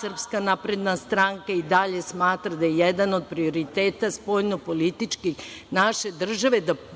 Srpska napredna stranka i dalje smatra da je jedan od prioriteta spoljnopolitički naše države da postanemo